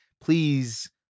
please